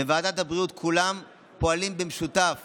בוועדת הבריאות כולם פועלים במשותף